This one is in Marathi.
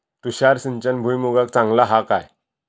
तुषार सिंचन भुईमुगाक चांगला हा काय?